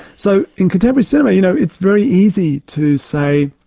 so in contemporary cinema, you know, it's very easy to say,